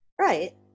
Right